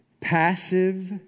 Passive